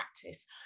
practice